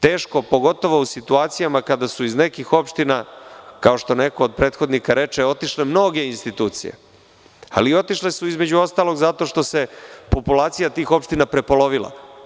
Teško pogotovo u situacijama kad su iz nekih opština, kao što neko od prethodnika reče, otišle mnoge institucije, ali otišle su između ostalog zato što se populacija tih opština prepolovila.